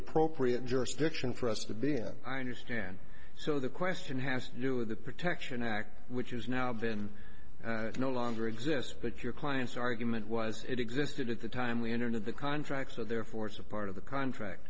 appropriate jurisdiction for us to be and i understand so the question has to do with the protection act which is now been no longer exists but your client's argument was it existed at the time we enter into the contract so therefore it's a part of the contract